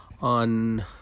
on